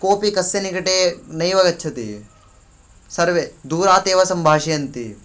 कोपि कस्य निकटे नैव गच्छति सर्वे दूरात् एव सम्भाषयन्ति